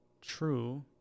True